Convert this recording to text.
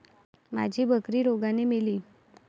माझी बकरी रोगाने मेली